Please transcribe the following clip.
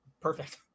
perfect